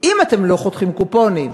אם אתם לא חותכים קופונים?